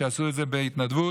שעשו את זה בהתנדבות.